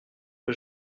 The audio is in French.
que